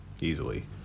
Easily